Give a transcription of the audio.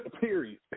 period